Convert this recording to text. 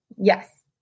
Yes